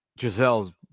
Giselle